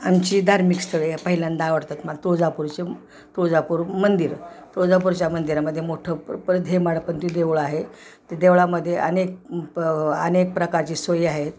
आमची धार्मिकस्थळे पहिल्यांदा आवडतात मला तुळजापूरचं तुळजापूर मंदिर तुळजापूरच्या मंदिरामध्ये मोठं प्र परत हेमाडपंथी देऊळ आहे त देवळामध्ये अनेक प अनेक प्रकारची सोयी आहेत